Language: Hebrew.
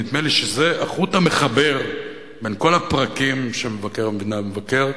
נדמה לי שזה החוט המחבר בין כל הפרקים שמבקר המדינה מבקר.